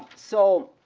so